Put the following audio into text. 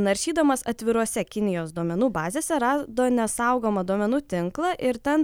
naršydamas atviruose kinijos duomenų bazėse rado nesaugomą duomenų tinklą ir ten